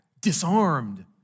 disarmed